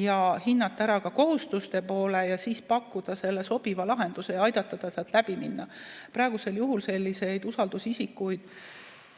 ja hinnata ära ka kohustuste poole ning siis pakkuda sobiva lahenduse ja aidata kõigest läbi minna. Praegusel juhul selliseid usaldusisikuid